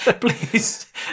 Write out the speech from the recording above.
please